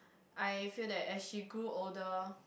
I feel that as she grew older